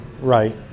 Right